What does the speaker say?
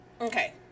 Okay